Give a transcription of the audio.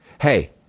Hey